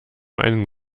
einen